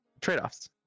trade-offs